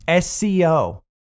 SCO